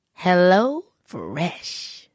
HelloFresh